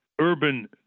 urban